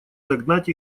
догнать